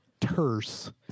Terse